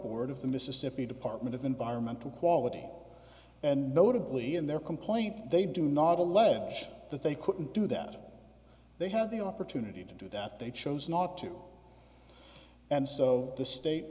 board of the mississippi department of environmental quality and notably in their complaint they do not allege that they couldn't do that they had the opportunity to do that they chose not to and so the state